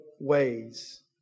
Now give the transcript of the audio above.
ways